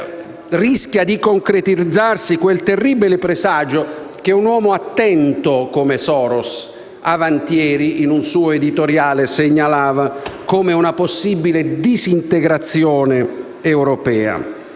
rischia di concretizzarsi quel terribile presagio che un uomo attento come Soros ha segnalato avantieri in un suo editoriale parlando di una possibile disintegrazione europea.